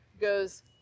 goes